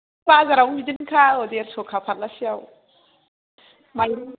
बाजारावनो बिदिनोखा औ देरस'खा फारलासेआव माइरं